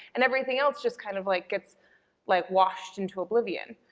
and everything else just kind of, like, gets like washed into oblivion,